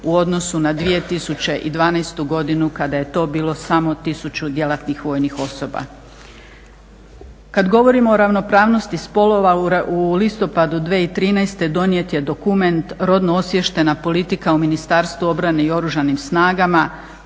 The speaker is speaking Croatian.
u odnosu na 2012. godinu kada je to bilo samo 1000 djelatnih vojnih osoba. Kad govorimo o ravnopravnosti spolova u listopadu 2013. donijet je dokument rodno-osviještena politika u Ministarstvu obrane i Oružanim snagama,